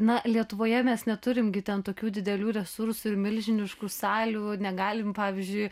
na lietuvoje mes neturim gi ten tokių didelių resursų ir milžiniškų salių negalim pavyzdžiui